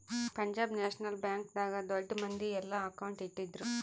Punjab National Bank ದಾಗ ದೊಡ್ಡ ಮಂದಿ ಯೆಲ್ಲ ಅಕೌಂಟ್ ಇಟ್ಟಿದ್ರು